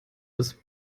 ist